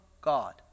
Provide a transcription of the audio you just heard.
God